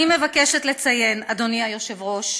אני מבקשת לציין, אדוני היושב-ראש,